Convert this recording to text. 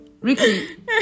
Ricky